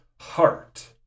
heart